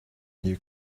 you